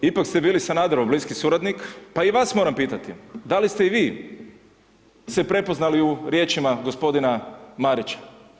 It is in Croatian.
Ipak ste bili Sanaderov bliski suradnik, pa i vas moram pitati, da li ste i vi se prepoznali u riječima g. Marića?